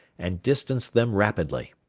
and distanced them rapidly.